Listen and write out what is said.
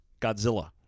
Godzilla